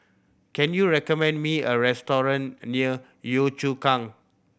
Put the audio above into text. can you recommend me a restaurant near Yio Chu Kang